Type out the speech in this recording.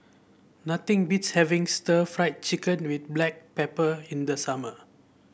nothing beats having Stir Fried Chicken with Black Pepper in the summer